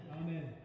amen